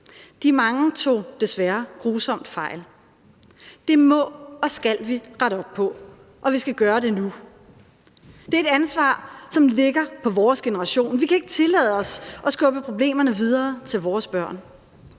De mange tog desværre grusomt fejl. Det må og skal vi rette op på, og vi skal gøre det nu. Det er et ansvar, som ligger på vores generation, og vi kan ikke tillade os at skubbe problemerne videre til vores børn.